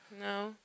No